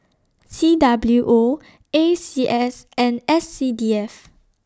C W O A C S and S C D F